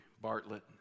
Bartlett